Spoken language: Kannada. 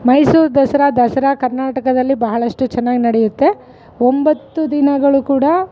ಮೈಸೂರು ದಸರಾ ದಸರಾ ಕರ್ನಾಟಕದಲ್ಲಿ ಬಹಳಷ್ಟು ಚೆನ್ನಾಗ್ ನಡೆಯುತ್ತೆ ಒಂಬತ್ತು ದಿನಗಳು ಕೂಡ